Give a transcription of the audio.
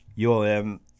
ULM